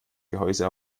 gehäuse